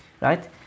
Right